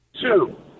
two